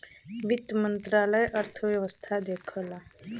वित्त मंत्रालय अर्थव्यवस्था देखला